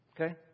Okay